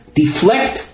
deflect